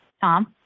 Tom